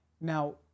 Now